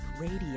radio